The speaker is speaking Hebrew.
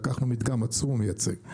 לקחנו מדגם עצום ומייצג.